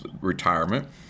retirement